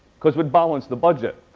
because we had balanced the budget.